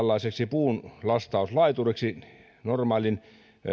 puunlastauslaituriksi normaalin